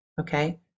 okay